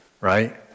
right